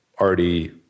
already